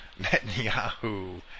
Netanyahu